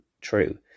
true